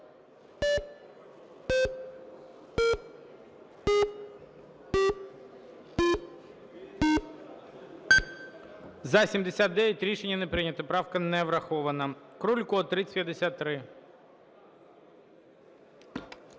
За-79 Рішення не прийнято. Правка не врахована. Крулько, 3053.